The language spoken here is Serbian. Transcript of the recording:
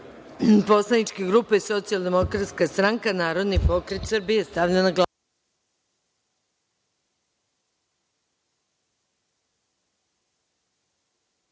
poslanička grupa Socijaldemokratska stranka – Narodni pokret Srbije. Stavljam na glasanje